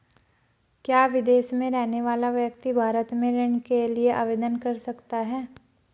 क्या विदेश में रहने वाला व्यक्ति भारत में ऋण के लिए आवेदन कर सकता है?